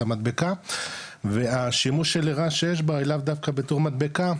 המדבקה והשימוש לרע שיש בה היא לאו דווקא בתור מדבקה,